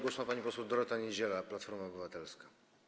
Głos ma pani poseł Dorota Niedziela, Platforma Obywatelska.